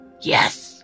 Yes